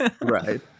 Right